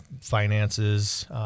finances